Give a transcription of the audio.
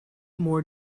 more